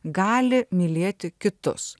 gali mylėti kitus